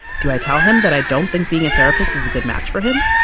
do i tell him that i don't think being a therapist is a good match for him?